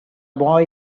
boy